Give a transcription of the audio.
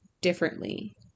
differently